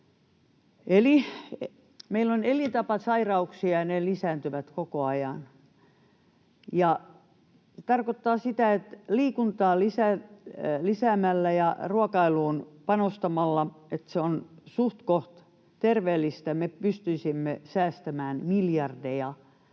Eli meillä on elintapasairauksia, ja ne lisääntyvät koko ajan. Ja se tarkoittaa sitä, että liikuntaa lisäämällä ja ruokailuun panostamalla, niin että se on suhtkoht terveellistä, me pystyisimme säästämään miljardeja.